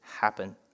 happen